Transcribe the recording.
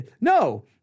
no